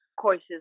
courses